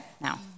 now